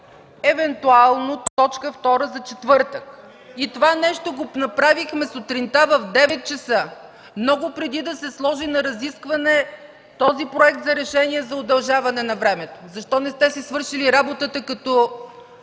„евентуално точка втора за четвъртък”. Това нещо го направихме сутринта в 9,00 ч., много преди да се постави на разискване Проектът на решение за удължаване на времето. Защо не сте си свършили работата като